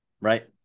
right